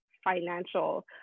financial